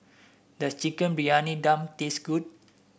does Chicken Briyani Dum taste good